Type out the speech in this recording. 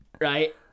right